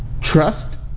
trust